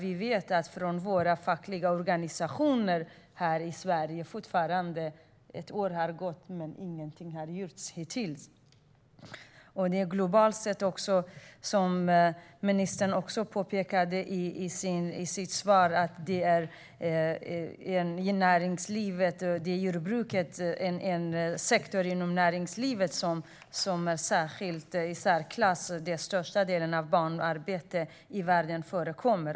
Vi vet genom våra fackliga organisationer här i Sverige att ett år har gått, men hittills har ingenting gjorts, tyvärr. Som ministern påpekade i sitt svar är jordbruket globalt sett den sektor inom näringslivet där den i särklass största delen av barnarbetet i världen förekommer.